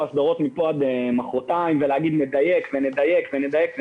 הסדרות מפה ועד מחר ולהגיד שנדייק ונדייק.